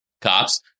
cops